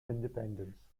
independence